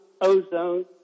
ozone